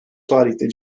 tarihte